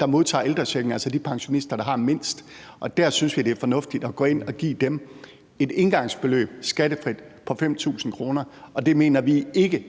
der modtager ældrechecken, altså de pensionister, der har mindst. Og der synes vi, det er fornuftigt at gå ind og give dem et engangsbeløb skattefrit på 5.000 kr., og det mener vi ikke